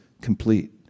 complete